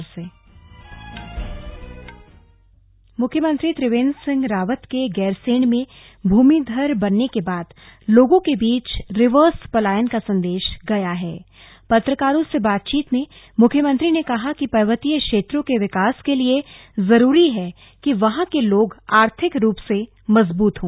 CM on पलायन मुख्यमंत्री त्रिवेंद्र सिंह रावत के ग्राम्रसैंण में भूमिधर बनने के बाद लोगों के बीच रिवर्स पलायन का संदेश गया हण पत्रकारों से बातचीत में मुख्यमंत्री ने कहा कि पर्वतीय क्षेत्रों के विकास के लिए जरूरी हैकि वहां के लोग आर्थिक रूप से मजबूत हो